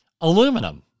aluminum